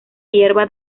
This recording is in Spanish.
hierba